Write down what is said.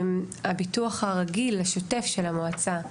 הביטוח הרגיל, השוטף של המועצה,